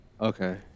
Okay